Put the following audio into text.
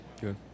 Good